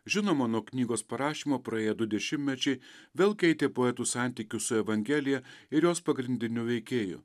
žinoma nuo knygos parašymo praėjo du dešimtmečiai vėl keitė poetų santykius su evangelija ir jos pagrindiniu veikėju